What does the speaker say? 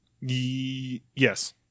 Yes